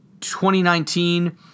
2019-